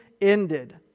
ended